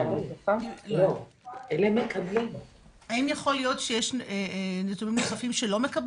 האם יכול להיות שיש --- שלא מקבלים?